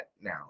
now